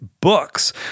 books